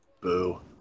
Boo